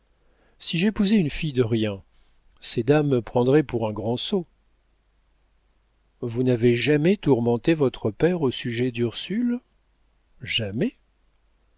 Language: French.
si j'épousais une fille de rien ces dames me prendraient pour un grand sot vous n'avez jamais tourmenté votre père au sujet d'ursule jamais